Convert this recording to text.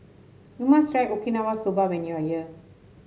you must try Okinawa Soba when you are here